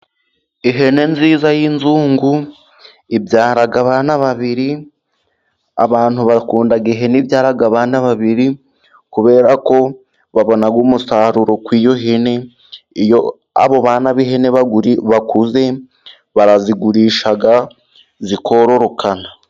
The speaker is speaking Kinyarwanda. Ihene nziza y'inzungu ibyara abana babiri . Abantu bakunda ihene ibyara abana babiri kubera ko babona umusaruro kuri iyo hene iyo abo bana b'ihene bakuze barazigurisha zikororokana.